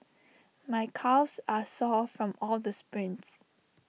my calves are sore from all the sprints